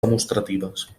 demostratives